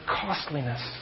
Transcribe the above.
costliness